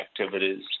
activities